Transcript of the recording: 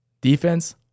Defense